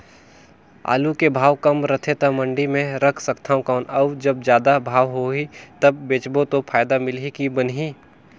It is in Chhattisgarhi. आलू के भाव कम रथे तो मंडी मे रख सकथव कौन अउ जब जादा भाव होही तब बेचबो तो फायदा मिलही की बनही?